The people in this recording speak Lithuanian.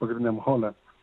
pagrindiniam hole